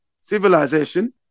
civilization